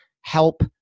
help